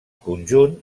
conjunt